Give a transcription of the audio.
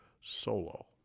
Solo